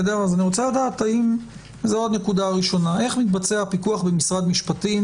אני רוצה לדעת איך מתבצע הפיקוח במשרד המשפטים